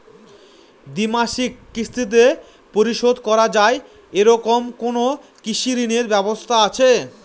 দ্বিমাসিক কিস্তিতে পরিশোধ করা য়ায় এরকম কোনো কৃষি ঋণের ব্যবস্থা আছে?